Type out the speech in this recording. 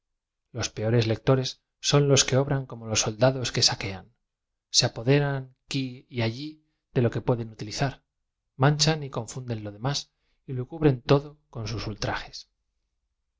loe peores lectores son los que obrao como los soldadob que saquean se apoderan qui y allí de lo que pueden utilizar manchan y confunden lo demás y lo cubren todo con sus ultrajes